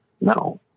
No